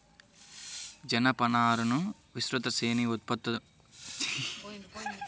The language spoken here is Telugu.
జనపనారను విస్తృత శ్రేణి ఉత్పత్తులను తయారు చేయడానికి ఉపయోగించవచ్చు